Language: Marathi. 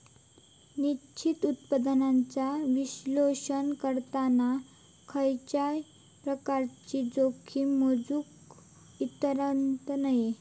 निश्चित उत्पन्नाचा विश्लेषण करताना खयच्याय प्रकारची जोखीम मोजुक इसरता नये